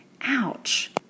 Ouch